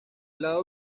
lado